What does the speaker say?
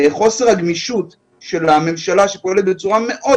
חוסר הגמישות של הממשלה שפועלת בצורה מאוד